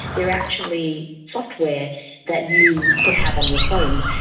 they are actually software that you could have on your phones.